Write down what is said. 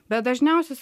bet dažniausios